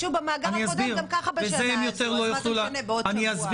משנה בעוד שבוע?